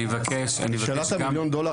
אני מבקש לשאול את שאלת מיליון הדולר,